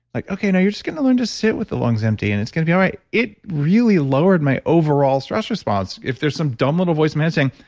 like, okay, now you're just getting to learn to sit with the lungs empty and it's going to be all right. it really lowered my overall stress response. if there's some dumb little voice in my head saying,